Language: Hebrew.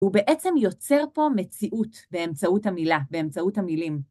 הוא בעצם יוצר פה מציאות באמצעות המילה, באמצעות המילים.